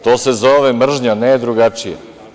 To se zove mržnja, ne drugačije.